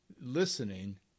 listening